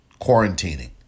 quarantining